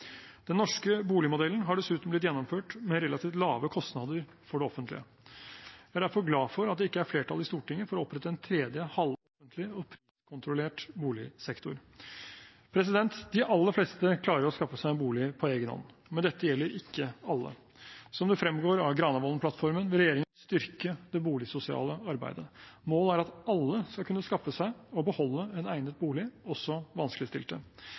Den norske boligmodellen har dessuten blitt gjennomført med relativt lave kostnader for det offentlige. Jeg er derfor glad for at det ikke er flertall i Stortinget for å opprette en tredje halvoffentlig og priskontrollert boligsektor. De aller fleste klarer å skaffe seg en bolig på egen hånd, men dette gjelder ikke alle. Som det fremgår av Granavolden-plattformen, vil regjeringen styrke det boligsosiale arbeidet. Målet er at alle skal kunne skaffe seg og beholde en egnet bolig, også vanskeligstilte.